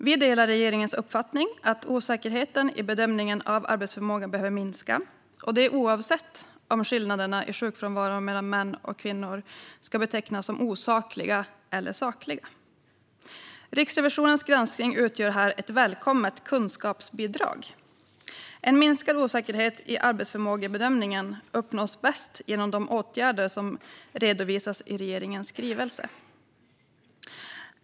Vi delar regeringens uppfattning att osäkerheten i bedömningen av arbetsförmåga behöver minska, detta oavsett om skillnaderna i sjukfrånvaro mellan män och kvinnor ska betecknas som osakliga eller sakliga. Riksrevisionens granskning utgör här ett välkommet kunskapsbidrag. En minskad osäkerhet i arbetsförmågebedömningen uppnås bäst genom de åtgärder som redovisas i regeringens skrivelse.